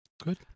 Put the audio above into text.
good